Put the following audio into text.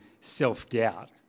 self-doubt